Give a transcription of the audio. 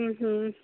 हूं हूं